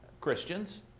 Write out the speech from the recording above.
Christians